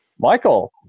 Michael